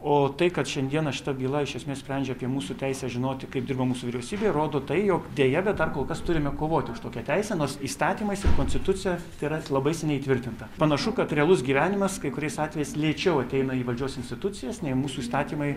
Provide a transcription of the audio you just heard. o tai kad šiandieną šita byla iš esmės sprendžia apie mūsų teisę žinoti kaip dirba mūsų vyriausybė rodo tai jog deja bet dar kol kas turime kovoti už tokią teisę nors įstatymais ir konstitucija tai yra labai seniai įtvirtinta panašu kad realus gyvenimas kai kuriais atvejais lėčiau ateina į valdžios institucijas nei mūsų įstatymai